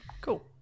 cool